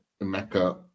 Mecca